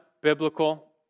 biblical